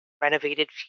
renovated